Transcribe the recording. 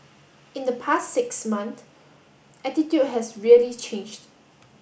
in the past six month attitude has really changed